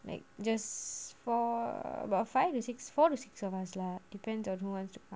like just four about five or six four to six of us lah depends on who wants to